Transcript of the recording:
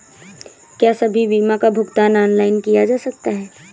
क्या सभी बीमा का भुगतान ऑनलाइन किया जा सकता है?